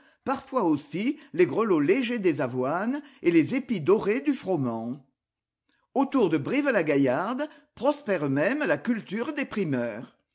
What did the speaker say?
parfois aussi les grelots légers des avoines et les épis dorés du froment autour de brives lagaillarde prospère même la culture des primeurs